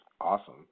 awesome